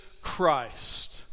Christ